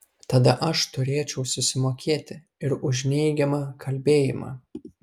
tada aš turėčiau susimokėti ir už neigiamą kalbėjimą